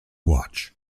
watch